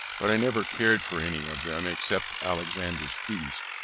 but i never cared for any of them except alexander's feast,